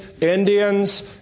Indians